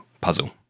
puzzle